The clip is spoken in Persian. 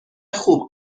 خوب